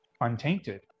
untainted